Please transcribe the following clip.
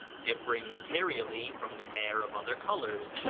differing materially from the hair of other colors,